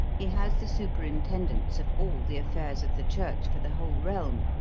he has the superintendence of all the affairs of the church for the whole realm,